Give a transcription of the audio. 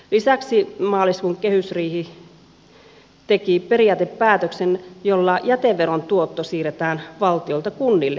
lisäksi maaliskuun kehysriihi teki periaatepäätöksen jolla jäteveron tuotto siirretään valtiolta kunnille